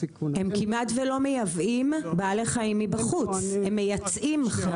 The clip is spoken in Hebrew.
הם כמעט ולא מייבאים בעלי חיים מבחוץ, הם מייצאים.